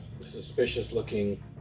suspicious-looking